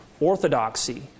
orthodoxy